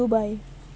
Dubai